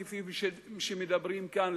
כפי שמדברים כאן,